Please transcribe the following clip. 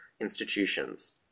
Institutions